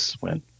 win